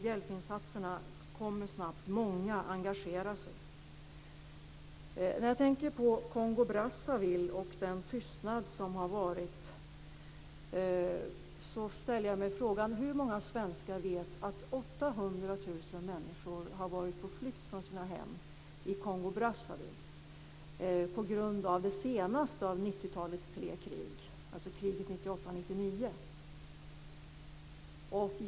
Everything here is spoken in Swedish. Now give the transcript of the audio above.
Hjälpinsatserna kommer snabbt, och många engagerar sig. När jag tänker på tystnaden om Kongo Brazzaville ställer jag mig frågan hur många svenskar som vet att 800 000 människor har varit på flykt från sina hem i Kongo-Brazzaville på grund av det senaste av 90-talets tre krig - kriget 1998-1999.